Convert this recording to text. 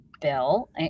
bill